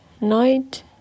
night